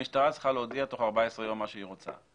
המשטרה צריכה להודיע תך1 4 ימים מה שהיא רוצה.